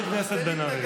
חברת הכנסת בן ארי.